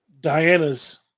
Diana's